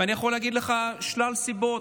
ואני יכול לתת לך שלוש סיבות: